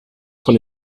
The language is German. von